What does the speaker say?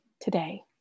today